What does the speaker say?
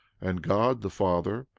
and god the father,